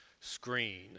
screen